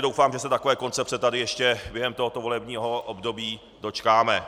Doufám, že se takové koncepce ještě během tohoto volebního období dočkáme.